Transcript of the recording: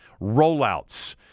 rollouts